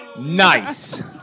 Nice